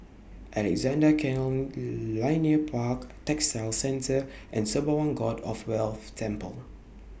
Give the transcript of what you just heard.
Alexandra Canal Linear Park Textile Centre and Sembawang God of Wealth Temple